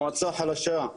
מועצה חלשה,